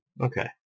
Okay